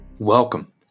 Welcome